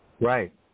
Right